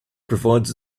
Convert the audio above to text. provides